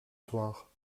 soir